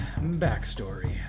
backstory